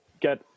get